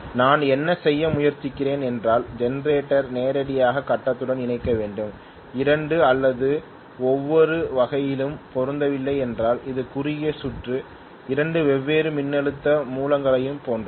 நான் என்ன செய்ய முயற்சிக்கிறேன் என்றால் ஜெனரேட்டரை நேரடியாக கட்டத்துடன் இணைக்க வேண்டும் 2 அல்லது ஒவ்வொரு வகையிலும் பொருந்தவில்லை என்றால் அது குறுகிய சுற்று 2 வெவ்வேறு மின்னழுத்த மூலங்களைப் போன்றது